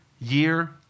year